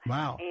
Wow